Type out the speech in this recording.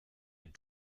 had